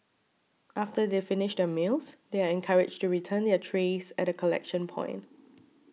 after they finish their meals they are encouraged to return their trays at a collection point